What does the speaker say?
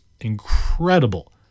incredible